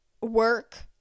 work